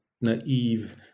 naive